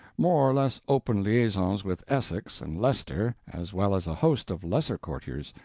more or less open liaisons with essex and leicester, as well as a host of lesser courtiers,